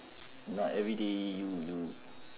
not everyday you you